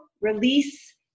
release